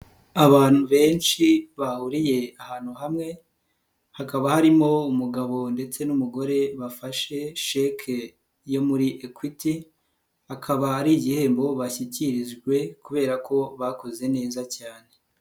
Abantu benshi bahuriye ahantu hamwe, hakaba harimo umugabo ndetse n'umugore bafashe sheke yo muri Equity, akaba ari igihembo bashyikirijwe kubera ko bakoze neza cyane.